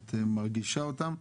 את מרגישה אותם.